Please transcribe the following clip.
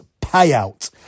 payout